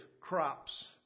crops